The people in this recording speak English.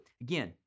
again